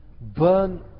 burn